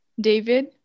david